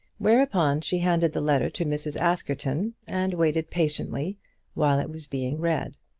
whereupon she handed the letter to mrs. askerton, and waited patiently while it was being read.